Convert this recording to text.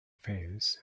fails